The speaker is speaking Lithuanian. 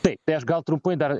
taip tai aš gal trumpai dar